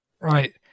Right